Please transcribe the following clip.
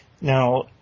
Now